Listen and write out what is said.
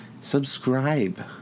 subscribe